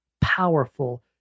powerful